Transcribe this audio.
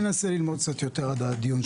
אני אנסה ללמוד קצת יותר עד לדיון הבא.